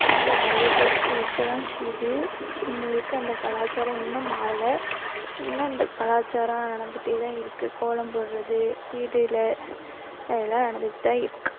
இங்கே நிறைய பேருக்கு இருக்கதான் செய்து இன்று வரைக்கும் அந்த கலாச்சாரம் இன்னும் மாறலை இன்னும் அந்த கலாச்சாரம் நடந்துட்டே தான் இருக்கு கோலம் போடுறது வீட்டுல அதெல்லாம் நடந்துக்கிட்டு தான் இருக்குது